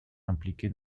impliqué